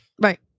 Right